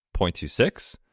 0.26